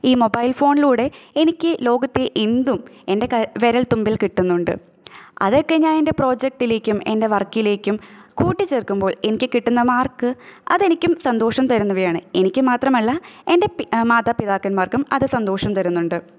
ഈ മൊബൈൽ ഫോണിലൂടെ എനിക്ക് ലോകത്ത് എന്തും എൻ്റെ ക വിരൽത്തുമ്പിൽ കിട്ടുന്നുണ്ട് അതൊക്കെ ഞാൻ എൻ്റെ പ്രോജെക്ടിലേക്കും എൻ്റെ വർക്കിലേക്കും കൂട്ടിച്ചേർക്കുമ്പോൾ എനിക്ക് കിട്ടുന്ന മാർക്ക് അത് എനിക്കും സന്തോഷം തരുന്നവയാണ് എനിക്ക് മാത്രമല്ല എൻ്റെ പി മാതാപിതാക്കന്മാർക്കും അത് സന്തോഷം തരുന്നുണ്ട്